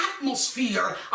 atmosphere